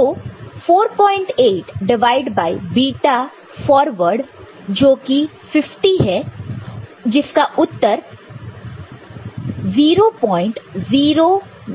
तो 48 divide by beta forward जो कि 50 है जिसका उत्तर